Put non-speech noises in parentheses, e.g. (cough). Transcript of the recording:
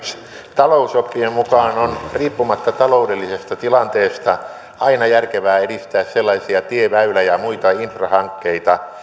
talousoppien mukaan riippumatta taloudellisesta tilanteesta on aina järkevää edistää sellaisia tie väylä ja muita infrahankkeita (unintelligible)